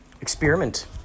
Experiment